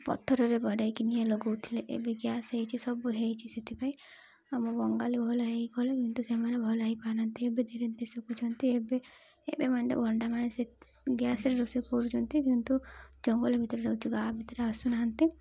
ପଥରରେ ବାଡ଼େଇକି ନିଆଁ ଲଗଉଥିଲେ ଏବେ ଗ୍ୟାସ୍ ହେଇଛି ସବୁ ହେଇଛି ସେଥିପାଇଁ ଆମ ବଙ୍ଗାଳୀ ଭଲ ହେଇଗଲେ କିନ୍ତୁ ସେମାନେ ଭଲ ହେଇପାରୁନାହାନ୍ତି ଏବେ ଧୀରେ ଧୀରେ ଶିଖୁଛନ୍ତି ଏବେ ଏବେ ମାନ ତ ଭଣ୍ଡାମାନେେ ଗ୍ୟାସ୍ରେ ରୋଷେଇ କରୁଛନ୍ତି କିନ୍ତୁ ଜଙ୍ଗଲ ଭିତରେ ରହୁଛି ଗାଁ ଭିତରେ ଆସୁନାହାନ୍ତି